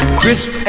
crisp